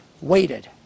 waited